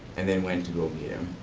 and then went to go